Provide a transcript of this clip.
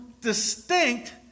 distinct